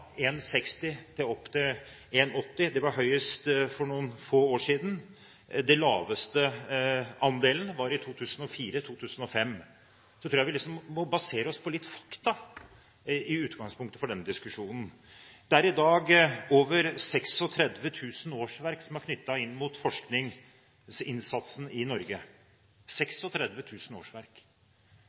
til opptil 1,80 pst. Den var høyest for noen få år siden. Den laveste andelen var i 2004–2005. Så jeg tror vi i utgangspunktet må basere oss på litt fakta i denne diskusjonen. Det er i dag over 36 000 årsverk som er knyttet opp mot forskningsinnsatsen i Norge – 36 000 årsverk.